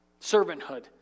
Servanthood